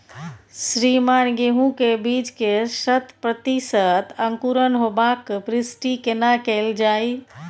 श्रीमान गेहूं के बीज के शत प्रतिसत अंकुरण होबाक पुष्टि केना कैल जाय?